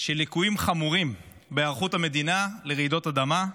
של ליקויים חמורים בהיערכות המדינה לרעידות אדמה.